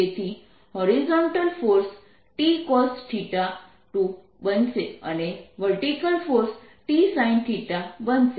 તેથી horizontal force t cos 2 બનશે અને વર્ટીકલ ફોર્સ t sin બનશે